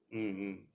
mm mm